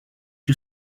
you